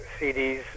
CDs